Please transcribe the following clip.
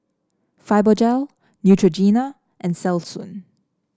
Fibogel Neutrogena and Selsun